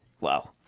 Wow